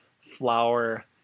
flower